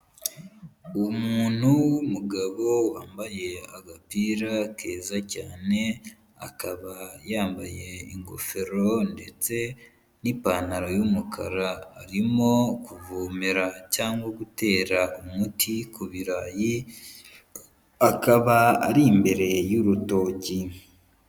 Umuntu w'umugabo wambaye agapira keza cyane, akaba yambaye ingofero ndetse n'ipantaro y'umukara arimo kuvomera cyangwa gutera umuti ku birayi, akaba ari imbere y'urutoki.